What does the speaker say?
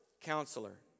Counselor